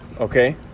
Okay